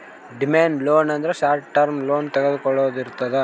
demand loan ಅಂದ್ರ short term loan ತೊಗೊಳ್ದೆ ಇರ್ತದ್